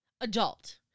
adult